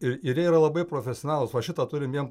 ir ir jie yra labai profesionalūs va šitą turim jiem